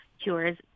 cures